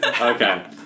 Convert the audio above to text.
okay